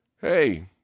hey